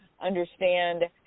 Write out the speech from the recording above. understand